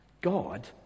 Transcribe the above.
God